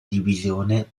divisione